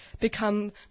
become